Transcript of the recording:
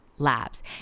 Labs